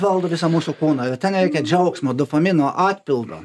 valdo visą mūsų kūną ir ten nereikia džiaugsmo dopamino atpildo